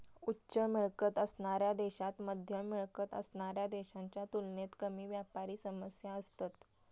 उच्च मिळकत असणाऱ्या देशांत मध्यम मिळकत असणाऱ्या देशांच्या तुलनेत कमी व्यापारी समस्या असतत